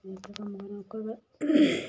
में एह्का कम्म करां ओह्का